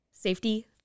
Safety